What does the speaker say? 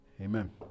Amen